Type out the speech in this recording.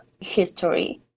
history